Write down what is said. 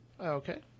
Okay